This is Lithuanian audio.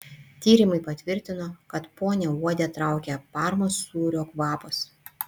tyrimai patvirtino kad ponią uodę traukia parmos sūrio kvapas